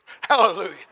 Hallelujah